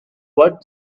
what